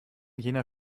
jener